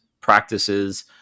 practices